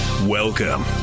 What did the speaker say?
Welcome